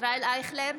ישראל אייכלר,